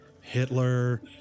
Hitler